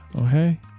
Okay